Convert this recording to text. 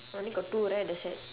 only got two right that side